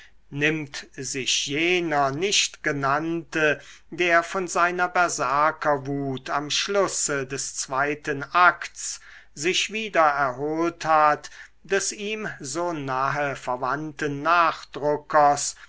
nimmt sich jener nichtgenannte der von seiner berserkerwut am schlusse des zweiten akts sich wieder erholt hat des ihm so nahe verwandten nachdruckers